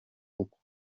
uko